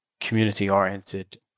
community-oriented